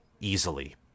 easily